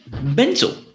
Mental